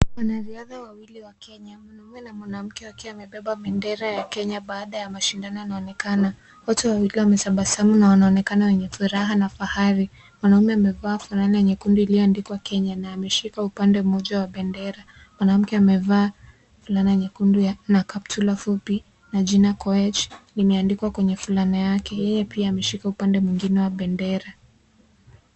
Wanariadha wawili wa Kenya. Mwanaume na mwanamke wakiwa wamebeba bendera ya Kenya baada ya mashindano inaonekana. Wato wewili wametabasamu na wanaonekana wenye furaha na fahari. Mwanaume amevaa fulana nyekundu imeandikwa Kenya na ameshika upande mmoja wa bendera. Mwanamke amevaa fulana nyekundu na kaptula fupi na jina Koech imeandikwa kwenye fulana yake. Yeye pia ameshikwa upande mwingine wa bendera.